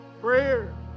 prayer